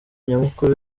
nyamukuru